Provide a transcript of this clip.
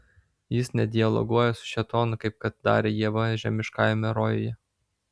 jis nedialoguoja su šėtonu kaip kad darė ieva žemiškajame rojuje